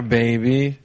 baby